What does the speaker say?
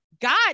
God